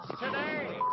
today